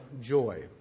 joy